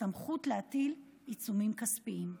הסמכות להטיל עיצומים כספיים.